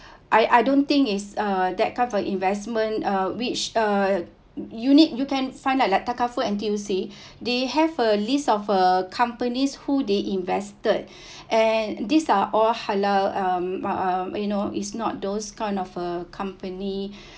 I I don't think is uh that kind of investment uh which uh you need you can find out like takaful N_T_U_C they have a list of uh companies who they invested and these are all halal um but um you know is not those kind of a company